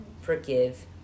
forgive